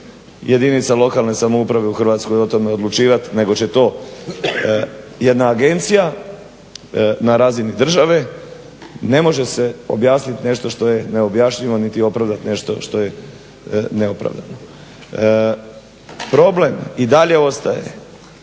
jedinica lokalne samouprave u Hrvatske o tome odlučivati, nego će to jedna agencija na razini države, ne može se objasniti nešto što je neobjašnjivo, niti opravdat nešto što je neopravdano. Problem i dalje ostaje